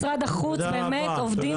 משרד החוץ באמת עובדים מסביב לשעון.